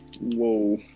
whoa